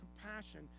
compassion